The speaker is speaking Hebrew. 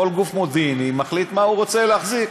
כל גוף מודיעיני מחליט מה הוא רוצה להחזיק,